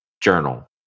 journal